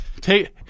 Take